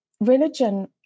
religion